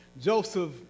Joseph